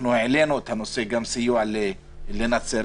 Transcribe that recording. העלינו את הנושא של סיוע לנצרת,